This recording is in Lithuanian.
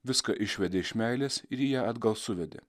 viską išvedė iš meilės ir į ją atgal suvedė